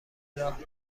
راه